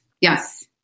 yes